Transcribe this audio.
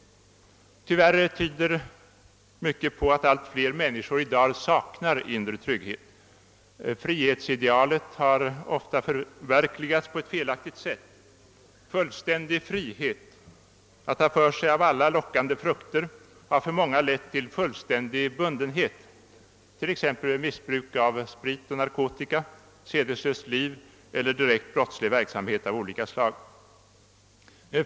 Tyvärr tyder mycket på att allt fler människor i dag saknar inre trygghet. Fri hetsidealet förverkligas oftast på ett felaktigt sätt; fullständig frihet att ta för sig av alla lockande frukter har för många lett till fullständig bundenhet, t.ex. vid missbruk av sprit och narkotika, sedeslöst liv eller direkt brottslig verksamhet av olika slag.